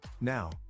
Now